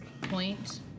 point